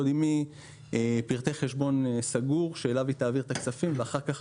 יודעים מי היא פרטי חשבון סגור שאליו היא תעביר את הכספים ואחר כך